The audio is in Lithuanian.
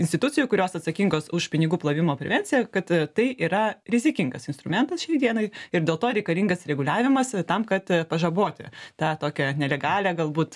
institucijų kurios atsakingos už pinigų plovimo prevenciją kad tai yra rizikingas instrumentas šiai dienai ir dėl to reikalingas reguliavimas tam kad pažaboti tą tokią nelegalią galbūt